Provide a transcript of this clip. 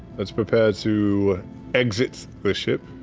let's prepare to exit the ship,